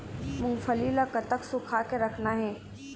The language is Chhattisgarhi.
मूंगफली ला कतक सूखा के रखना हे?